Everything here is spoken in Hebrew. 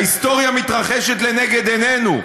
ההיסטוריה מתרחשת לנגד עינינו.